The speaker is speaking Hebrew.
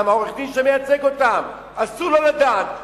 גם העורך-דין שמייצג אותם אסור לו לדעת,